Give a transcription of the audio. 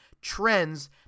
trends